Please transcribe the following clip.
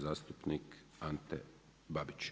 Zastupnik Ante Babić.